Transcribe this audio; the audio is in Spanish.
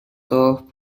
todos